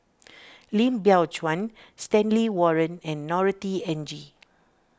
Lim Biow Chuan Stanley Warren and Norothy N G